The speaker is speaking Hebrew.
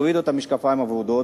תורידו את המשקפיים הוורודים,